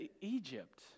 Egypt